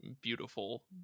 beautiful